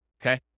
Okay